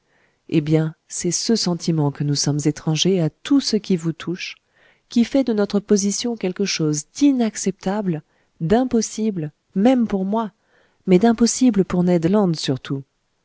eh bien c'est ce sentiment que nous sommes étrangers à tout ce qui vous touche qui fait de notre position quelque chose d'inacceptable d'impossible même pour moi mais d'impossible pour ned land surtout